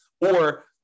Or-